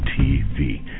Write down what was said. TV